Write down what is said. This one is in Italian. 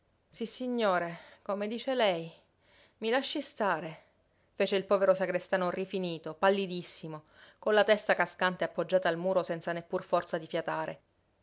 sissignore come dice lei i lasci stare fece il povero sagrestano rifinito pallidissimo con la testa cascante appoggiata al muro senza neppur forza di fiatare